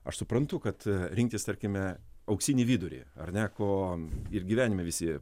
aš suprantu kad rinktis tarkime auksinį vidurį ar ne ko ir gyvenime visi